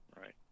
Right